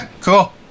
cool